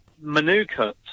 manuka